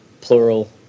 plural